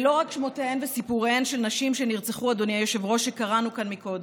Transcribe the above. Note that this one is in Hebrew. אלה לא רק שמותיהן וסיפוריהן של נשים שנרצחו שקראנו כאן קודם,